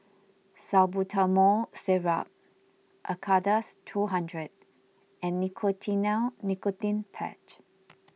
Salbutamol Syrup Acardust two hundred and Nicotinell Nicotine Patch